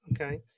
Okay